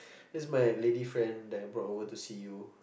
this is my lady friend that I bought over to see you